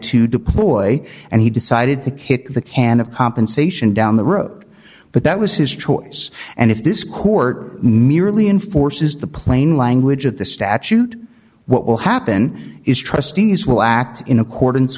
to deploy and he decided to kick the can of compensation down the road but that was his choice and if this court merely enforces the plain language of the statute what will happen is trustees will act in accordance